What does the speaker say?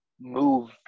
move